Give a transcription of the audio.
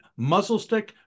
muzzlestick